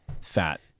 fat